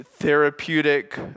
therapeutic